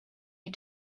you